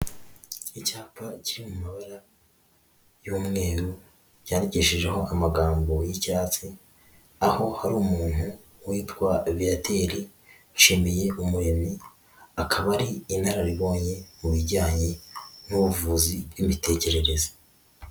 Icyapa kiri mu mabara y'umweru, cyandikishijeho amagambo y'icyatsi, aho hari umuntu witwa Viateur Nshimiyumuremyi, akaba ari inararibonye mu bijyanye n'ubuvuzi bw'imitekerereze.